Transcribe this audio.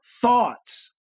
thoughts